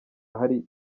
ahari